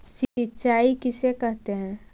सिंचाई किसे कहते हैं?